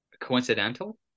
Coincidental